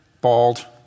bald